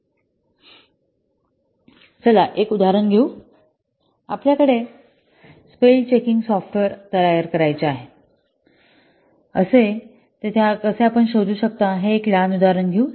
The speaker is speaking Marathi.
चला एक लहान उदाहरण घेऊ आपल्याकडे स्पेल चेकिंग सॉफ्टवेअर तयार करायचे आहे असे तेथे कसे आपण कसे शोधू शकता हे एक लहान उदाहरण घेऊ